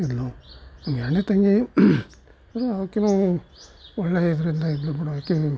ಇದ್ಳು ಇನ್ನು ಎರಡನೇ ತಂಗಿ ಆಕೆಯೂ ಒಳ್ಳೆಯ ಇದರಿಂದ ಇದ್ಳು ಬಿಡು ಆಕೆ